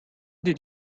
did